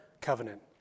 covenant